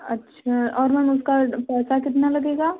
अच्छा और मैम उसका पैसा कितना लगेगा